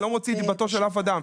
אני לא מוציא דיבתו של אף אדם,